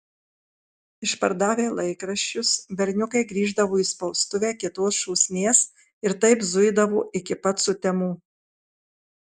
išpardavę laikraščius berniukai grįždavo į spaustuvę kitos šūsnies ir taip zuidavo iki pat sutemų